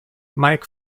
mike